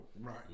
Right